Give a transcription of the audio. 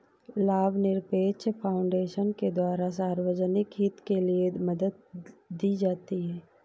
लाभनिरपेक्ष फाउन्डेशन के द्वारा सार्वजनिक हित के लिये मदद दी जाती है